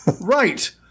Right